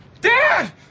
Dad